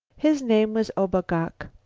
his name was o-bo-gok.